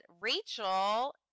Rachel